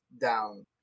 down